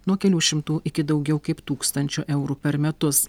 nuo kelių šimtų iki daugiau kaip tūkstančio eurų per metus